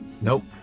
Nope